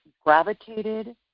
gravitated